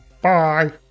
bye